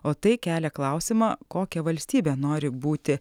o tai kelia klausimą kokia valstybe nori būti